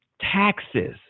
taxes